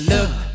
Look